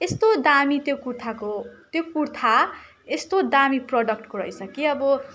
यस्तो दामी त्यो कुर्ताको कुर्ता यस्तो दामी प्रडक्टको रहेछ कि अब